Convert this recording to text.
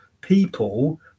people